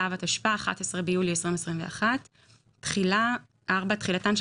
באב התשפ"א (11 ביולי 2021)". תחילה תחילתן של